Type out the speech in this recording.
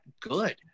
good